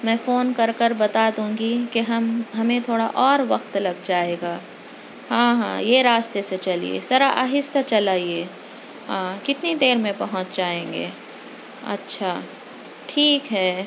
میں فون کر کر بتا دونگی کی ہم ہمیں تھوڑا اور وقت لگ جائے گا ہاں ہاں یہ راستے سے چلیے ذرا آہستہ چلائیے ہاں کتنی دیر میں پہنچ جائیں گے اچھا ٹھیک ہے